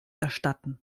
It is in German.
erstatten